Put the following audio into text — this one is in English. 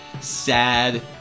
sad